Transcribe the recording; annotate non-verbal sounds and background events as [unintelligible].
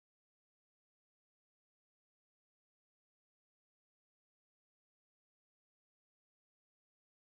[unintelligible]